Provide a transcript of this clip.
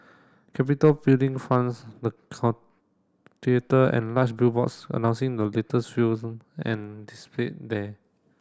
capitol Building fronts the theatre and large billboards announcing the latest films and displayed there